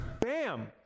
bam